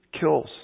kills